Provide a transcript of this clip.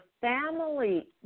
family